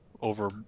over